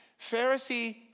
Pharisee